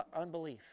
unbelief